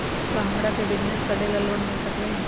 का हमरा के बिजनेस करेला लोन मिल सकलई ह?